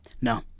no